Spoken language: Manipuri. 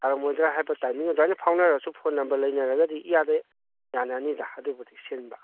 ꯊꯥꯔꯝꯃꯣꯏꯗ꯭ꯔꯥ ꯍꯥꯏꯕ ꯇꯥꯏꯃꯤꯡ ꯑꯗꯨꯃꯥꯏꯅ ꯐꯥꯎꯅꯔꯁꯨ ꯐꯣꯟ ꯅꯝꯕꯔ ꯂꯩꯅꯔꯒꯗꯤ ꯏꯌꯥꯗ ꯌꯥꯅꯅꯤꯗ ꯑꯗꯨꯕꯨꯗꯤ ꯁꯤꯟꯕ